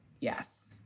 Yes